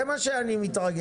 לכן אני מתרגז.